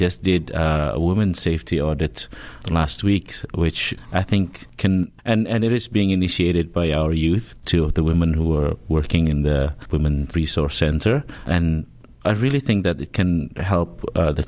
just did a woman safety audit last week which i think can and it is being initiated by our youth two of the women who are working in the human resource center and i really think that it can help the